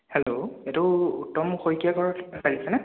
hello এইটো উত্তম শইকীয়াৰ ঘৰত লাগিছেনে